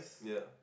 yeah